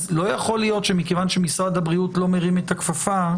לא יכול להיות שמכיוון שמשרד הבריאות לא מרים את הכפפה,